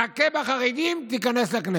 תכה בחרדים, תיכנס לכנסת.